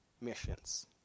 Missions